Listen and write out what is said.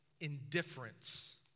indifference